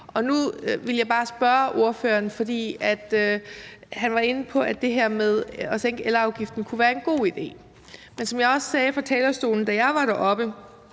Nu ville jeg bare spørge ordføreren om noget, for han var inde på, at det her med at sænke elafgiften kunne være en god idé. Men som jeg også sagde fra talerstolen, da jeg var deroppe,